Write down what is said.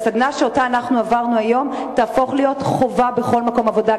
שהסדנה שעברנו היום תהפוך להיות חובה בכל מקום עבודה,